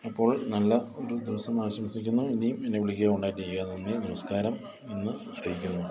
അപ്പോൾ നല്ല ഒരു ദിവസം ആശംസിക്കുന്നു ഇനിയും എന്നെ വിളിക്കുക കോൺടാക്ട് ചെയ്യുക നന്ദി നമസ്കാരം എന്ന് അറിയിക്കുന്നു